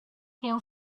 him